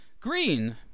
green